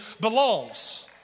belongs